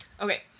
Okay